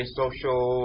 social